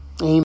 Amen